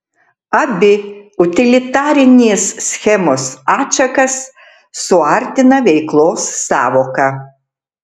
abi utilitarinės schemos atšakas suartina veiklos sąvoka